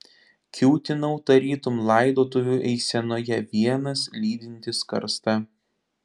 kiūtinau tarytum laidotuvių eisenoje vienas lydintis karstą